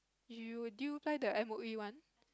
you will did you apply the M_O_E one